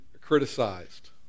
criticized